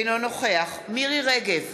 אינו נוכח מירי רגב,